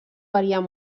varien